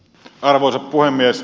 arvoisa puhemies